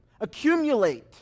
accumulate